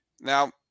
Now